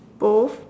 both